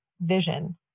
vision